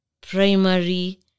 primary